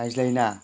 रायज्लायना